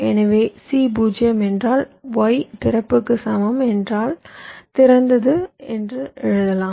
எனவே C 0 என்றால் Y திறப்புக்கு சமம் என்றால் திறந்தது என்று எழுதலாம்